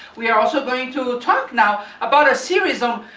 we are also going to talk now about a series on,